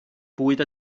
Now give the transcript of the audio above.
bwyd